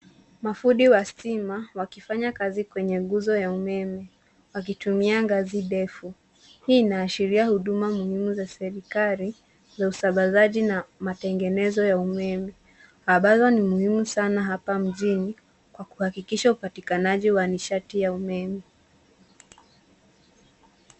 Mafundi wa stima wakifanya kazi kwenye nguzo ya umeme, wakitumia ngazi ndefu. Hii inaashiria huduma muhimu za serikali na usambazaji na mategenezo ya umeme ambazo ni muhimu sana hapa mjini kwa kuhakikisha upatikanaji wa nishati ya umeme.